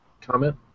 comment